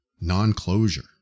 non-closure